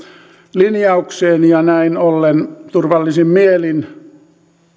linjaukseen ja näin ollen turvallisin mielin